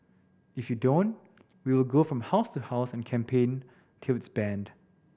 if you don't we will go from house to house and campaign till it is banned